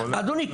אדוני,